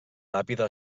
làpida